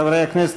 חברי הכנסת,